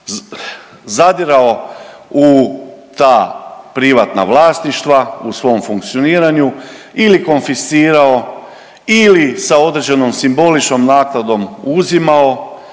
zadirao u ta privatna vlasništva u svom funkcioniranju ili konfiscirao ili sa određenom simboličnom naknadom uzimao